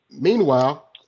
Meanwhile